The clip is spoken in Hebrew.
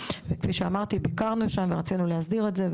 וכפי שאמרתי ביקרנו שם ורצינו להסדיר את זה,